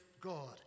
God